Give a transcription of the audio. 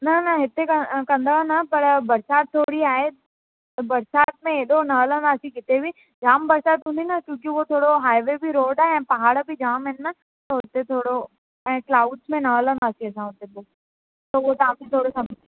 न न हिते त कंदा न पर बरसाति थोरी आहे त बरसाति में ऐॾो न हलंदासीं किथे बि जाम बरसाति हूंदी न छोकी उहो थोरो हाईवे रोड आहे ऐं पहाड़ बि जाम आहिनि न त थोरो ऐं क्राउड में न हलंदासीं थोरो त उहो तव्हां खे थोरो समुझो